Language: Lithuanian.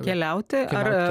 keliauti ar